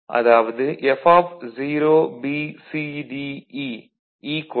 அதாவது F0BCDE B